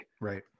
right